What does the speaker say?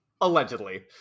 Allegedly